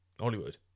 Hollywood